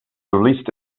released